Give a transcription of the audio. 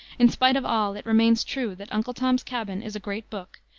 in spite of all it remains true that uncle tom's cabin is a great book,